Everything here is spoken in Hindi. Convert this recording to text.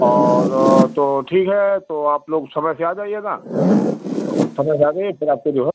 और तो ठीक है तो आप लोग समय से आ जाइएगा समय से आ जाइए फिर आपको जो है